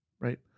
right